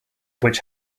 which